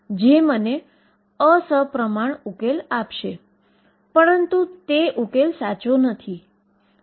અને તે ફ્રીકવન્સી અથવા એંગ્યુલર ફ્રીકવન્સી હતી